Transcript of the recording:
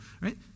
right